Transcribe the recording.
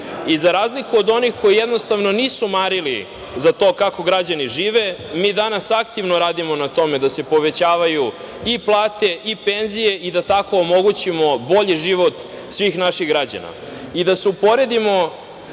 Za razliku od onih koji jednostavno nisu marili za to kako građani žive, mi danas aktivno radimo na tome da se povećavaju i plate i penzije i da tako omogućimo bolji život svih naših građana. Da se podsetimo